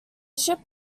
ship